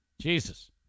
Jesus